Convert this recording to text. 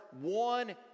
one